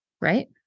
right